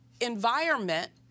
environment